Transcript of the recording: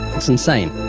it's insane.